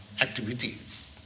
activities